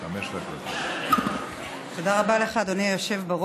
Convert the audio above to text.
הפרטיות אכן עשתה זאת,